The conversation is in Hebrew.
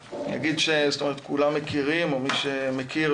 כולם מכירים או מי שמכיר,